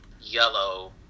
yellow